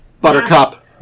buttercup